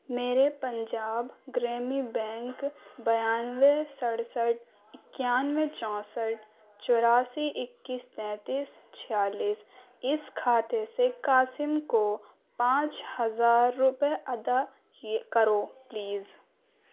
میرے پنجاب گریمی بینک بیانوے سڑسٹھ اکیانوے چونسٹھ چوراسی اکیس تینتیس چھیالیس اس کھاتے سے قاسم کوپانچ ہزار روپیے ادا کیے کرو پلیز